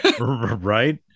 Right